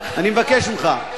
אני מבקש ממך.